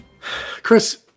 Chris